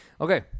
Okay